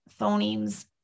phonemes